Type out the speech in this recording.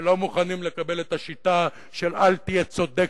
שלא מוכנים לקבל את השיטה של "אל תהיה צודק,